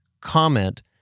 comment